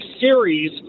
series